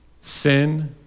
sin